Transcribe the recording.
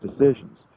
decisions